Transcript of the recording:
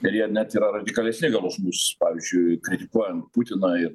ir jie net yra radikalesni gal už mus pavyzdžiui kritikuojant putiną ir